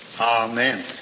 amen